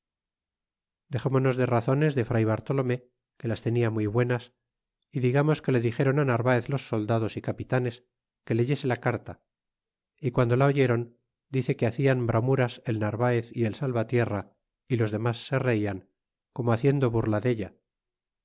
dexémonos de razones de fray bartolome que las tenia muy buenas y digamos que le dixéron á narvaez los soldados y capitanes que leyese la carta y guando la oyeron dice que hacian bramuras el narvaez y el salvatierra y los demas se reian como haciendo burla della